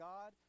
God